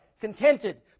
contented